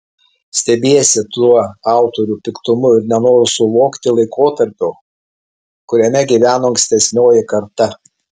stebiesi tuo autorių piktumu ir nenoru suvokti laikotarpio kuriame gyveno ankstesnioji karta